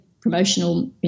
promotional